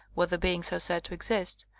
where the beings are said to exist,